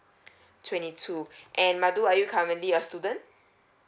twenty two and madu are you currently a student